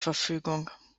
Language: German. verfügung